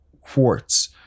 quartz